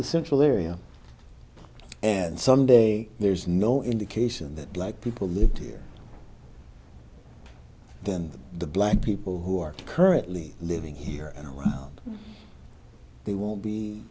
the central area and someday there's no indication that black people lived here then the black people who are currently living here and around they won't be